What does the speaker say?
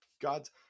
god's